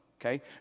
Okay